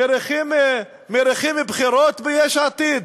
מריחים בחירות ביש עתיד?